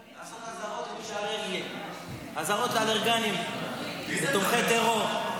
לעשות אזהרות --- אזהרות לאלרגנים לתומכי טרור,